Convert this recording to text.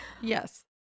Yes